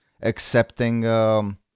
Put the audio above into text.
accepting